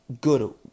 good